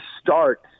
start